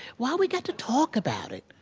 why do we got to talk about it?